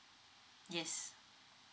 yes